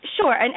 Sure